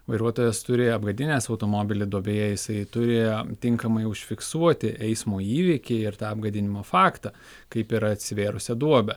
vairuotojas turi apgadinęs automobilį duobėje jisai turi tinkamai užfiksuoti eismo įvykį ir tą apgadinimo faktą kaip ir atsivėrusią duobę